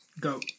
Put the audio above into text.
Go